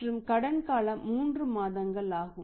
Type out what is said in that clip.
மற்றும் கடன் காலம் 3 மாதங்கள் ஆகும்